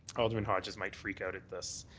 alderman hodges might freak out at this.